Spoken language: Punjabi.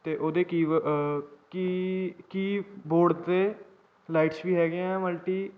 ਅਤੇ ਉਹਦੇ ਕੀ ਕੀ ਕੀਬੋਰਡ 'ਤੇ ਲਾਈਟਸ ਵੀ ਹੈਗੇ ਆ ਮਲਟੀ